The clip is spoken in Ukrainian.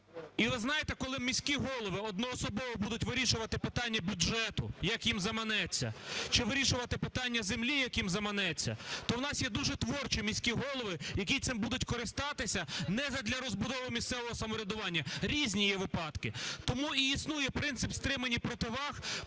І ви знаєте, коли міські голови одноособово будуть вирішувати питання бюджету, як їм заманеться, чи вирішувати питання землі, як їм заманеться, то в нас є дуже творчі міські голови, які цим будуть користатися не задля розбудови місцевого самоврядування, різні є випадки. Тому і існує принцип стримань і противаг,